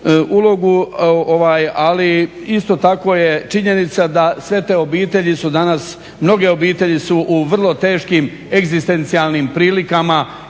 ulogu, ali isto tako je činjenica da sve te obitelji su danas mnoge obitelji su vrlo teškim egzistencijalnim prilikama,